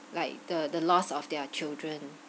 like the the loss of their children